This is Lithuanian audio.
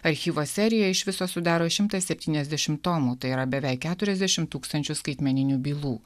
archyvo seriją iš viso sudaro šimtas septyniasdešimt tomų tai yra beveik keturiasdešimt tūkstančių skaitmeninių bylų